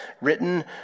written